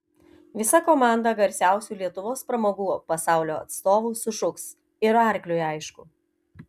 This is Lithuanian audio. visa komanda garsiausių lietuvos pramogų pasaulio atstovų sušuks ir arkliui aišku